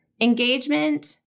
Engagement